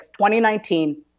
2019